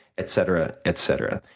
etc, etc.